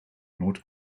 noord